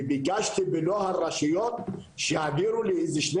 וביקשתי במלוא הרשויות שיעבירו לי איזה שני